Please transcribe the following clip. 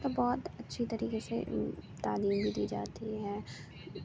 اب بہت اچھی طریقے سے تعلیم دی جاتی ہے